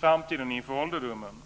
framtiden och inför ålderdomen.